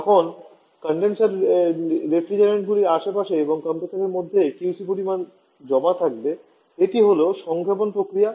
যখন কনডেনসারে রেফ্রিজারেন্টগুলি আশেপাশে এবং কম্প্রেসারের মধ্যে QC পরিমাণ জমা রাখবে এটি হল সংক্ষেপণ প্রক্রিয়া